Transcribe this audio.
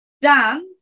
Dan